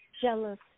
jealous